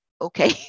okay